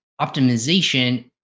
optimization